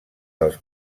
dels